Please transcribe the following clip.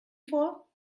vor